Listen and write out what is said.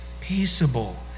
peaceable